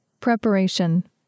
Preparation